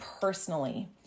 personally